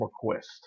Quest